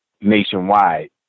nationwide